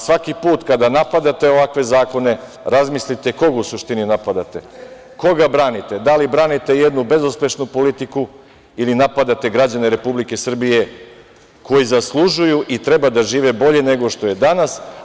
Svaki put kada napadate ovakve zakone, razmislite koga u suštini napadate, koga branite, da li branite jednu bezuspešnu politiku ili napadate građane Republike Srbije koji zaslužuju i treba da žive bolje nego što je danas.